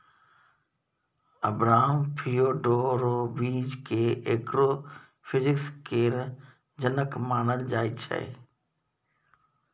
Abraham Feodorovich केँ agro physics केर जनक मानल जाइ छै